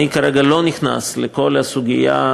אני כרגע לא נכנס לכל הסוגיה,